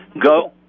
Go